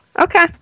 Okay